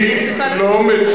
אני מוסיפה לך.